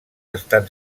estan